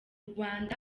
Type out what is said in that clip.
rwanda